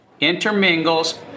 intermingles